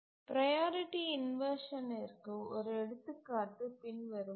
priority இன்வர்ஷனிற்கு ஒரு எடுத்துக்காட்டு பின்வருமாறு